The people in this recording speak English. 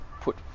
put